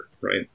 right